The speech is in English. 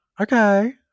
Okay